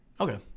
Okay